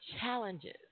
challenges